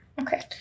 Okay